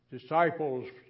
disciples